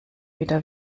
wieder